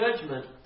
judgment